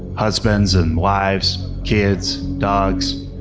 husbands and wives, kids, dogs.